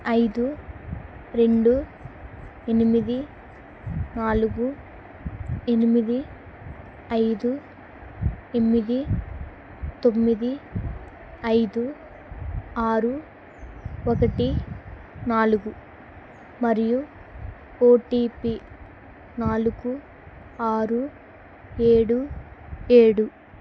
ఐదు రెండు ఎనిమిది నాలుగు ఎనిమిది ఐదు ఎనిమిది తొమ్మిది ఐదు ఆరు ఒకటి నాలుగు మరియు ఓ టీ పీ నాలుగు ఆరు ఏడు ఏడు